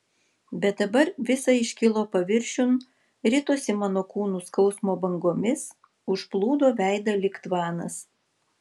bet dabar visa iškilo paviršiun ritosi mano kūnu skausmo bangomis užplūdo veidą lyg tvanas